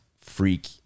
freak